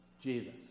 Jesus